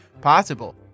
Possible